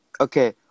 Okay